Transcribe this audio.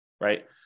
right